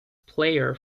player